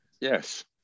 Yes